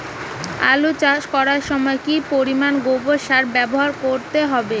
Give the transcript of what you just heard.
আলু চাষ করার সময় কি পরিমাণ গোবর সার ব্যবহার করতে হবে?